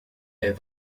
est